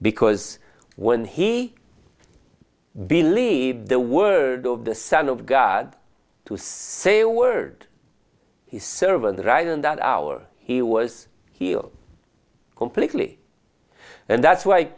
because when he believed the word of the son of god to say a word his servant right in that hour he was healed completely and that's why